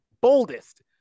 boldest